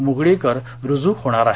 मुगळीकर रुजू होणार आहेत